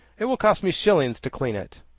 it will cost me shillings to clean it.